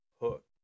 hook